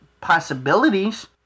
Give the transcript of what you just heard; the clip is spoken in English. possibilities